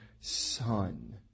son